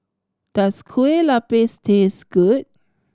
does Kueh Lupis taste good